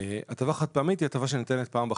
הטבה חד פעמית היא הטבה שניתנת פעם בחיים.